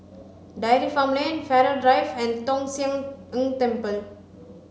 Dairy Farm Lane Farrer Drive and Tong Sian Ng Temple